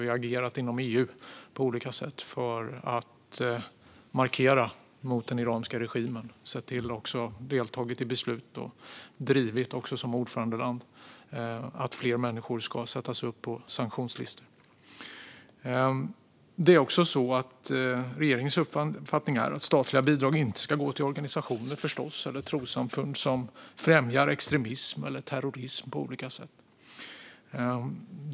Vi har också på olika sätt agerat inom EU för att markera mot den iranska regimen. Vi har deltagit i beslut och, även som ordförandeland, drivit på för att fler människor ska sättas upp på sanktionslistan. Regeringens uppfattning är att statliga bidrag inte ska gå till organisationer eller trossamfund som på olika sätt främjar extremism eller terrorism.